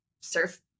surf